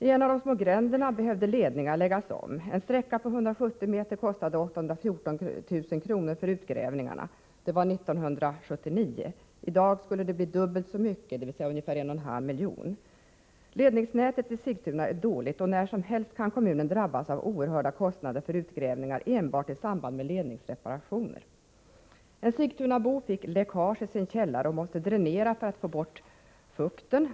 I en av de små gränderna behövde ledningar läggas om. På en sträcka av 170 m kostade utgrävningarna 814 000 kr. Det var 1979. I dag skulle det kosta dubbelt så mycket, dvs. ungefär 1,5 miljoner. Ledningsnätet i Sigtuna är dåligt, och när som helst kan kommunen drabbas av oerhörda utgifter för utgrävningar enbart i samband med ledningsreparationer. En sigtunabo fick läckage i sin källare och måste dränera för att få bort fukten.